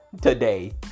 today